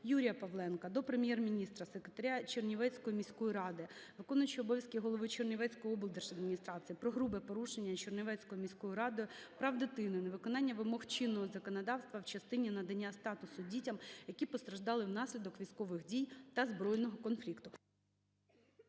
Юрія Павленка до Прем'єр-міністра, секретаря Чернівецької міської ради, виконуючого обов'язки голови Чернівецької облдержадміністрації про грубе порушення Чернівецькою міською радою прав дитини, невиконання вимог чинного законодавства в частині надання статусу дітям, які постраждали внаслідок військових дій та збройного конфлікту.